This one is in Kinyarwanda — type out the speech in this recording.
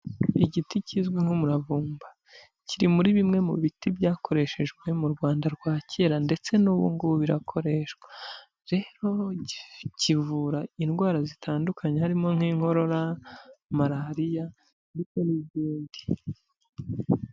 Igiti kizwi nk'umuravumba kiri muri bimwe mu biti byakoreshejwe mu Rwanda rwa kera ndetse n'ubu ngubu birakoreshwa, rero kivura indwara zitandukanye harimo nk'inkorora, malariya ndetse n'ibindi.